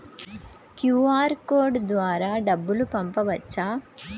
QR code ద్వారా డబ్బులు పంపవచ్చా?